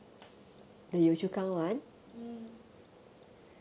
mm